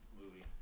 movie